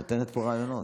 את נותנת פה רעיונות.